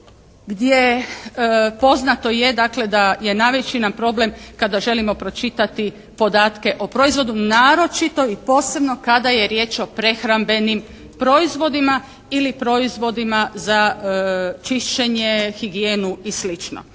je dakle da je najveći nam problem kada želimo pročitati podatke o proizvodu naročito i posebno kada je riječ o prehrambenim proizvodima ili proizvodima za čišćenje, higijenu i